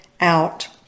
out